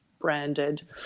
branded